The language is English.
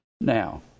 Now